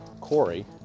Corey